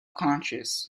conscious